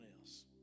else